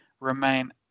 remain